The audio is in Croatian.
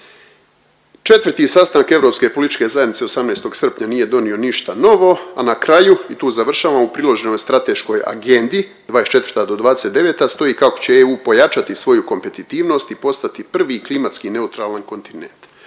Četvrti sastanak Europske političke zajednice 18. srpnja nije donio ništa novo, a na kraju i tu završavamo, u priloženoj strateškoj agendi '24. do '29. stoji kako će EU pojačati svoju kompetitivnost i postati prvi klimatski neutralan kontinent.